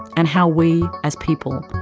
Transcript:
and how we, as people,